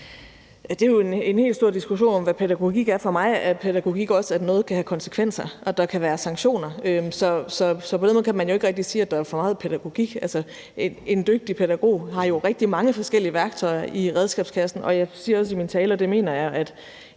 Det er jo så en helt stor diskussion om, hvad pædagogik er. For mig er pædagogik også, at noget kan have konsekvenser, og at der kan være sanktioner. Så på den måde kan man ikke rigtig sige, at der er for meget pædagogik. En dygtig pædagog har jo rigtig mange forskellige værktøjer i værktøjskassen, og jeg siger også i min tale – og det mener jeg – at